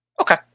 Okay